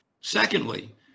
Secondly